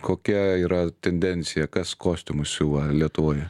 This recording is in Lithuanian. kokia yra tendencija kas kostiumus siuva lietuvoje